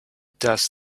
does